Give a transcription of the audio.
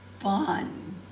fun